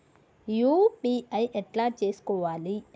UPI ఎట్లా చేసుకోవాలి?